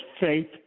faith